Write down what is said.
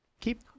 Keep